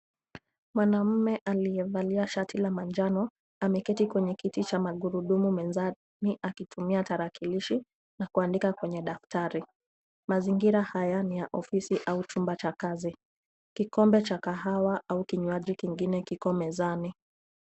Mwanaume aliyevalia shati ya manjano ameketi kwenye kiti cha magurudumu mezani, akitumia tarakilishi na kuandika kwenye daftari. Mazingira haya ni ya ofisi au chumba cha kazi. Kikombe cha kahawa au kinywaji kingine kiko mezani.